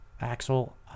Axel